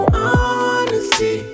honesty